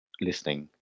listening